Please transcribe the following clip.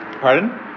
Pardon